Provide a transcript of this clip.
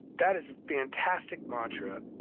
that is a fantastic mantra.